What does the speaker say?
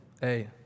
Hey